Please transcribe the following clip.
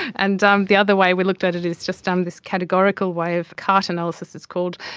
and um the other way we looked at it is just um this categorical way of cart analysis, it's called,